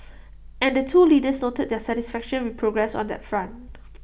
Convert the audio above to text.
and the two leaders noted their satisfaction with progress on that front